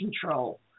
control